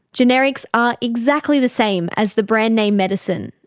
generics are exactly the same as the brand-name medicine,